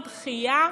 או דחייה